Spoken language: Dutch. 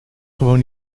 gewoon